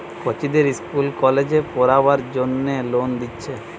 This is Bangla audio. কচিদের ইস্কুল কলেজে পোড়বার জন্যে লোন দিচ্ছে